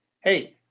hey